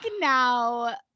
now